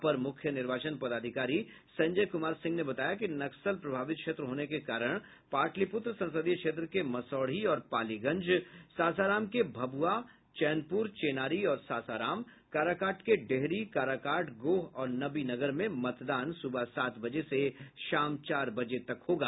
अपर मुख्य निर्वाचन पदाधिकारी संजय कुमार सिंह ने बताया कि नक्सल प्रभावित क्षेत्र होने के कारण पाटलिपुत्र संसदीय क्षेत्र के मसौढ़ी और पालीगंज सासाराम के भभुआ चैनपुर चेनारी और सासाराम काराकाट के डेहरी काराकाट गोह और नवीनगर में मतदान सूबह सात बजे से शाम चार बजे तक होगा